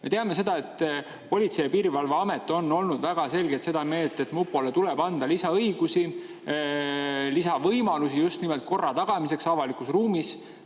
Me teame seda, et Politsei- ja Piirivalveamet on olnud väga selgelt seda meelt, et mupole tuleb anda lisaõigusi, lisavõimalusi just nimelt korra tagamiseks avalikus ruumis.